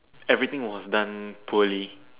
everything was done poorly